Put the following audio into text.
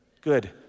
Good